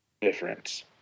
difference